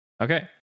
okay